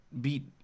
beat